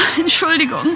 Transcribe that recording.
Entschuldigung